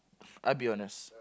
I'll be honest